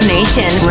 Nation